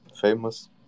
Famous